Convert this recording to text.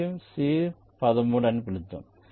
ఇది C13 అని పిలుద్దాం